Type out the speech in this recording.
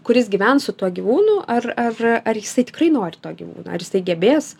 kuris gyvens su tuo gyvūnu ar ar ar jisai tikrai nori to gyvūno ar jisai gebės